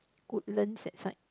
Woodlands that side